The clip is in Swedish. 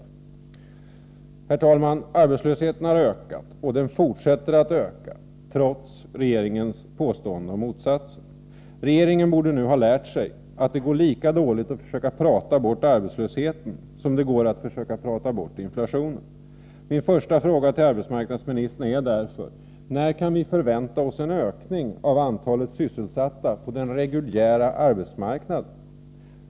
Herr talman! Arbetslösheten har ökat, och den fortsätter att öka, trots regeringens påståenden om motsatsen. Regeringen borde nu ha lärt sig att det går lika dåligt att försöka prata bort arbetslösheten som att försöka prata bort inflationen. Min första fråga till arbetsmarknadsministern är därför: När kan vi förvänta oss en ökning av antalet sysselsatta på den reguljära arbetsmarknaden?